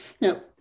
Now